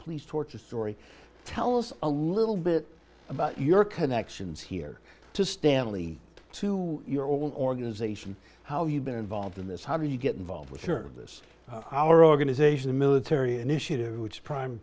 police torch a story tells a little bit about your connections here to stanley to your own organization how you've been involved in this how do you get involved with service our organization the military an initiative which prime